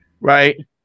right